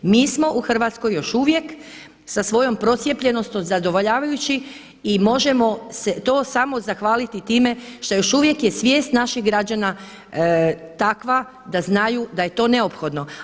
Mi smo u Hrvatskoj još uvijek sa svojom procijepljenošću zadovoljavajući i možemo to samo zahvaliti time što još uvijek je svijest naših građana takva da znaju da je to neophodno.